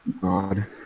God